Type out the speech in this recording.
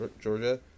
Georgia